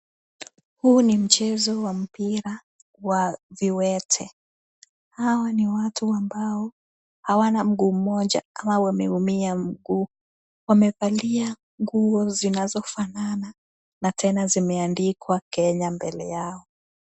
Huu ni mchezo wa mpira wa viwete. Hawa ni watu ambao hawana mguu mmoja, ama wameumia mguu. Wamevalia nguo zinazofanana na tena zimeandikwa Kenya mbele yao.